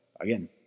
again